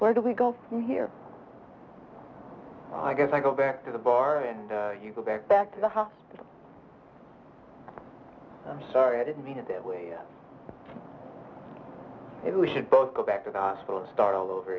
where do we go from here i guess i go back to the bar and you go back back to the hospital i'm sorry i didn't mean it that way or if we should both go back to the hospital and start all over